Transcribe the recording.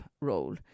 role